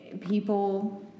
people